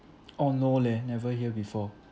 oh no leh never hear before